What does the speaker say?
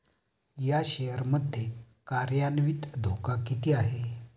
या शेअर मध्ये कार्यान्वित धोका किती आहे?